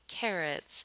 carrots